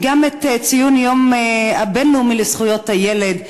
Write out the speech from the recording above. וגם את היום הבין-לאומי לזכויות הילד.